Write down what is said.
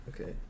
okay